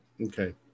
Okay